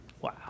Wow